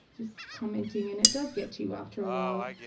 just commenting. and it does get to you after a while.